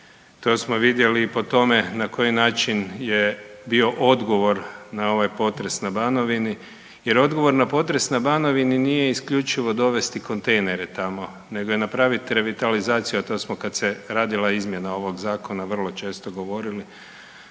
To smo vidjeli i po tome na koji način je bio odgovor na ovaj potres na Banovini jer odgovor na potres na Banovini nije isključivo dovesti kontejnere tamo nego i napraviti revitalizaciju, a to smo kad se radila izmjena ovog Zakona, vrlo često govorili,